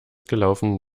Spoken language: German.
gelaufen